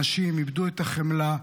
אנשים איבדו את החמלה,